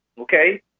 okay